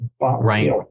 right